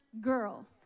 girl